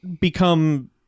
become